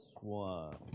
one